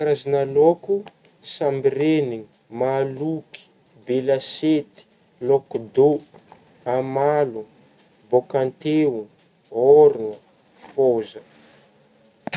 Karazagna lôko: sambirenigny ,mahaloky, belasiety, lôkodô, amalo, bôkanteo, ôrana, fôza.